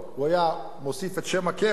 הוא היה מוסיף את שם הקרן,